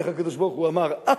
איך הקדוש-ברוך-הוא אמר "א",